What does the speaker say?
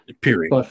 Period